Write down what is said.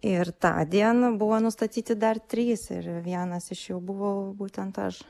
ir tą dieną buvo nustatyti dar trys ir vienas iš jų buvau būtent aš